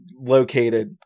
located